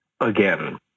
again